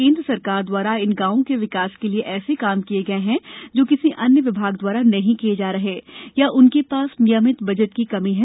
केन्द्र सरकार द्वारा इन ग्रामों के विकास के लिये ऐसे काम लिये गये हैं जो किसी अन्य विभाग द्वारा नहीं किये जा रहे हैं या उनके पास नियमित बजट की कमी है